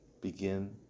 begin